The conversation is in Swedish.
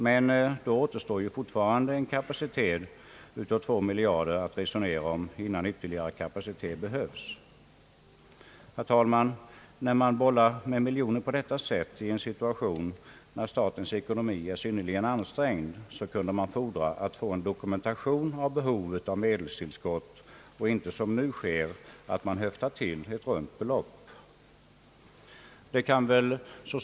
Men då återstår ju fortfarande en kapacitet av 2 miljarder kronor att resonera om innan ytterligare kapacitet behövs. Herr talman! När man bollar med miljoner på detta sätt i en situation, då statens ekonomi är synnerligen an strängd, borde det kunna fordras att vi” får en dokumentation när det gäller behövliga medelstillskott, och att man inte höftar till ett belopp så som nu sker.